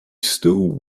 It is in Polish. stół